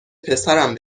پسرم